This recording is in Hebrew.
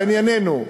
לענייננו,